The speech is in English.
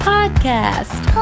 Podcast